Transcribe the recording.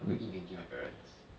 I'm going to eat genki with my parents